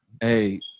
hey